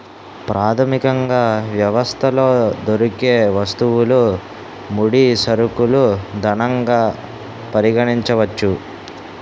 ప్రాథమికంగా వ్యవస్థలో దొరికే వస్తువులు ముడి సరుకులు ధనంగా పరిగణించవచ్చు